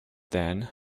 then